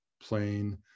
plain